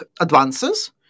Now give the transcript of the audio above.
advances